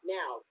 Now